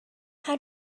how